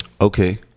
Okay